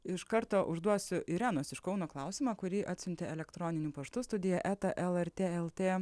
iš karto užduosiu irenos iš kauno klausimą kurį atsiuntė elektroniniu paštu studija eta lrt lt